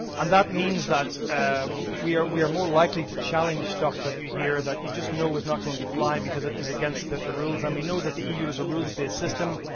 um that means that we are we are more likely to challenge stuff that you hear that you just know is not going to fly because it is against the rules. and we know that the eu is a rules based system.